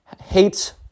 hates